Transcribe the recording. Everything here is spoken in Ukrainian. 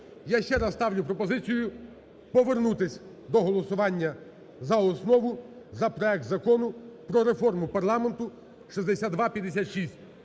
Я ще раз ставлю пропозицію повернутись до голосування за основу за проект Закону про реформу парламенту (6256).